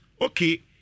Okay